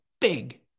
big